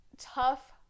tough